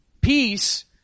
Peace